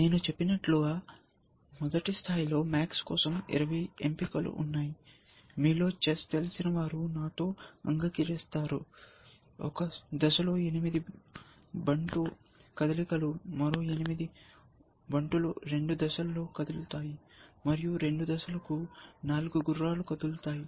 నేను చెప్పినట్లుగా మొదటి స్థాయిలో MAX కోసం 20 ఎంపికలు ఉన్నాయి మీలో చెస్ తెలిసిన వారు నాతో అంగీకరిస్తారు ఒక దశతో ఎనిమిది బంటు కదలికలు మరో ఎనిమిది బంటులు రెండు దశలతో కదులుతాయి మరియు రెండు దశలకు నాలుగు గుర్రాలు కదులుతాయి